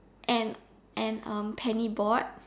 and and um penny board